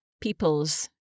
peoples